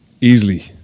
easily